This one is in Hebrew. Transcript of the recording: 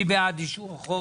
מי בעד אישור החוק,